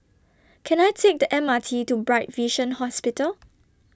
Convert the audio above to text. Can I Take The M R T to Bright Vision Hospital